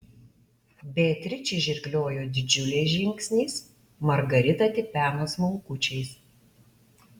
beatričė žirgliojo didžiuliais žingsniais margarita tipeno smulkučiais